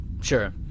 Sure